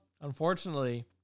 Unfortunately